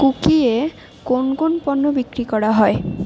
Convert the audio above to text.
cookie এ কোন কোন পণ্য বিক্রি করা হয়